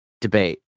debate